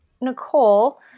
Nicole